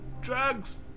Drugs